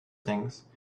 things